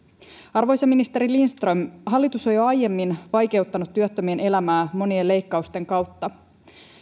arvoisa ministeri lindström hallitus on jo aiemmin vaikeuttanut työttömien elämää monien leikkausten kautta